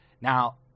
Now